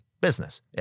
business